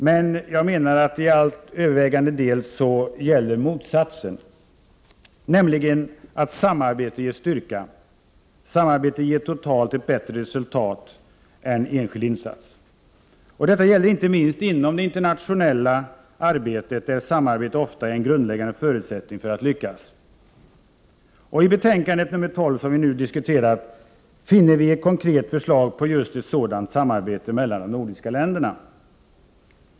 Men jag menar att till övervägande del motsatsen gäller, nämligen att samarbete ger styrka. Samarbete ger totalt ett bättre resultat än enskilda insatser. Detta gäller inte minst inom det internationella arbetet, där samarbete ofta är en grundläggande förutsättning för att lyckas. I utrikesutskottets betänkande 12, som vi nu diskuterar, finner vi ett konkret förslag till just ett sådant samarbete mellan de nordiska länderna.